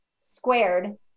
squared